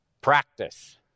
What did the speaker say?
Practice